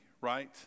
right